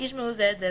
ישמעו זה את זה,